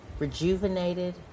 rejuvenated